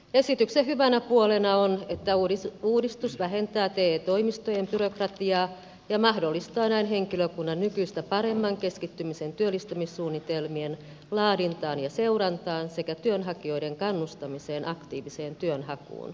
esityksen hyvänä puolena on että uudistus vähentää te toimistojen byrokratiaa ja mahdollistaa näin henkilökunnan nykyistä paremman keskittymisen työllistymissuunnitelmien laadintaan ja seurantaan sekä työnhakijoiden kannustamiseen aktiiviseen työnhakuun